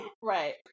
Right